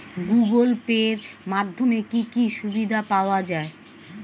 Google Pay এর মাধ্যমে কি কি সুবিধা পাওয়া যায়?